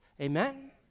amen